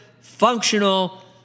functional